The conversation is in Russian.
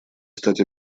стать